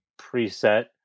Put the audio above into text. preset